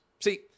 See